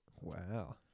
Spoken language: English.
wow